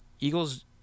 Eagles